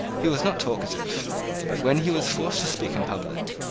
he was not talkative but when he was forced to speak in public,